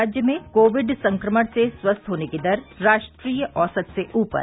राज्य में कोविड संक्रमण से स्वस्थ होने की दर राष्ट्रीय औसत से ऊपर